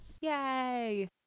Yay